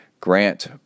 Grant